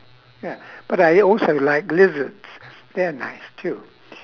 ya but I also like lizards they're nice too